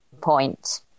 point